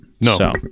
No